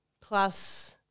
plus